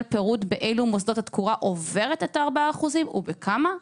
פירוט באלה מוסדות התקורה עוברת את ה-4% או בכמה?